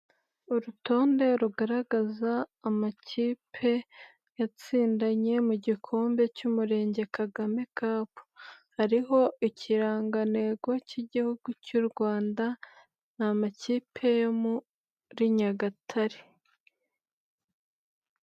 Urutonde rugaragaza amakipe yatsindanye mu gikombe cy'Umurenge Kagame Cup, hariho ikirangantego cy'Igihugu cy'u Rwanda, ni amakipe yo muri Nyagatare.